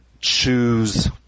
choose